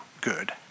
good